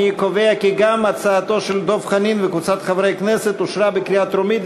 אני קובע כי גם הצעתו של דב חנין וקבוצת חברי כנסת אושרה בקריאה טרומית,